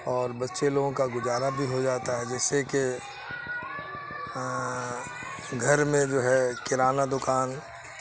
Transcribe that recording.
اور بچے لوگوں کا گزارا بھی ہو جاتا ہے جیسے کہ گھر میں جو ہے کرانہ دکان